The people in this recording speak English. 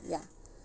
ya